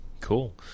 Cool